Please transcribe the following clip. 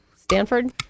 Stanford